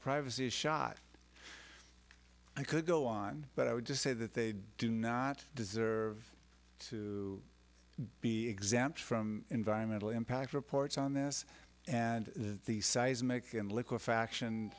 privacy is shot i could go on but i would just say that they do not deserve to be exempt from environmental impact reports on this and the seismic and liquefaction